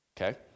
Okay